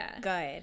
good